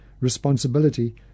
responsibility